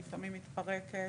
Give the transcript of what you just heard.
לפעמים מתפרקת,